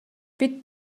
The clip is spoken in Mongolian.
бид